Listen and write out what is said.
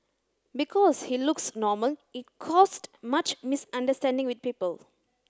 because he looks normal it caused much misunderstanding with people